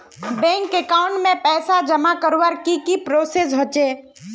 Bank account में पैसा जमा करवार की की प्रोसेस होचे?